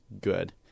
good